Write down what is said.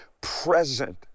present